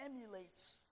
emulates